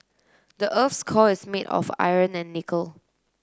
the earth's core is made of iron and nickel